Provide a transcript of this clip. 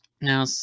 Now